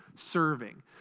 serving